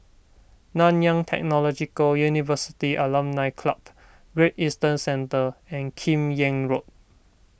Nanyang Technological University Alumni Club Great Eastern Centre and Kim Yam Road